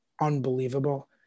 unbelievable